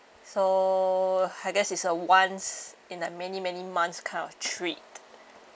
so I guess it's a once in a many many months kind of treat